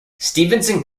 stevenson